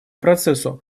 процессу